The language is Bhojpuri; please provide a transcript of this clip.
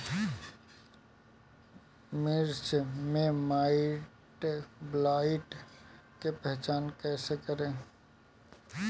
मिर्च मे माईटब्लाइट के पहचान कैसे करे?